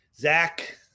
Zach